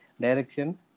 direction